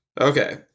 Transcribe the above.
Okay